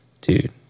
Dude